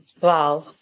wow